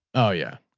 oh yeah.